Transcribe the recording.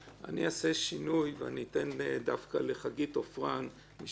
אעשה שינוי, ואתן דווקא לחגית עופרן מ"שלום עכשיו"